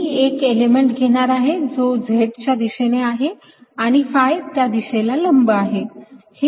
मी एक एलिमेंट घेणार आहे जो Z च्या दिशेने आहे आणि phi त्या दिशेला लंब आहे